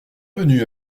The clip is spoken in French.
venu